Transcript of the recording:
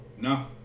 No